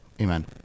Amen